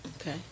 okay